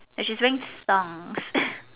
and she's wearing thong